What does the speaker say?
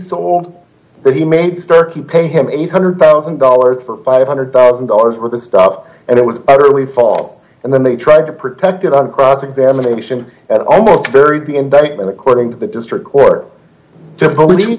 sold that he made starkey pay him eight hundred thousand dollars for five hundred thousand dollars worth of stuff and it was utterly false and then they tried to protect it on cross examination and almost buried the indictment according to the district court to p